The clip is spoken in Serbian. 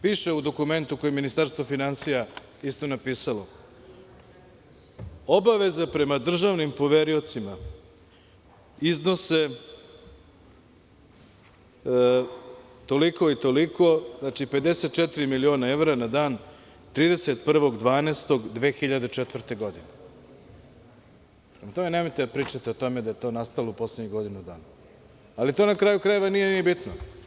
Piše u dokumentu koje je Ministarstvo finansija isto napisalo, obaveze prema državnim poveriocima iznose toliko i toliko, 54 miliona evra na dan 31.12.2004. godine, prema tome, nemojte da pričate o tome da je to nastalo u poslednjih godinu dana, ali to na kraju krajeva i nije ni bitno.